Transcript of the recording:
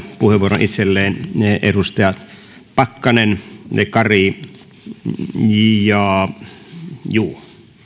puheenvuoron itselleen edustajat pakkanen ja kari ja